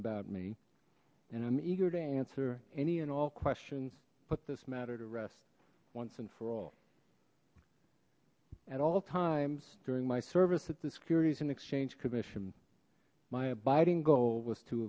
about me and i'm eager to answer any and all questions put this matter to rest once and for all at all times during my service at the securities and exchange commission my abiding goal was to